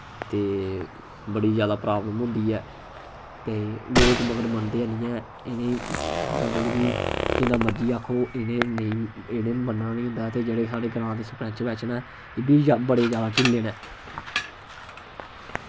ते बड़ी ज्यादा प्राब्लम होंदी ऐ ते लोक मगर मन्नदे हैनी ऐ इ'नेंगी मतलब कि जिन्ना मर्जी आक्खो इ'नें नेईं इ'नें मन्नना नि होंदा ऐ ते जेह्ड़े साढ़े ग्रांऽ दे सरपैंच पैंच ने एह् बी बड़े ज्यादा ढिल्ले न